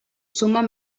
sumen